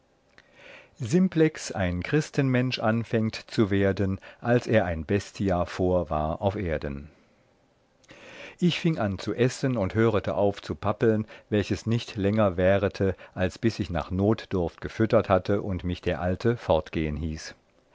simplex ein christenmensch anfängt zu werden als er ein bestia vor war auf erden ich fieng an zu essen und hörete auf zu papplen welches nicht länger währete als bis ich nach notdurft gefüttert hatte und mich der alte fortgehen hieß